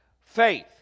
faith